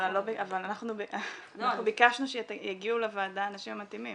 אבל אנחנו ביקשנו שיגיעו לוועדה האנשים המתאימים.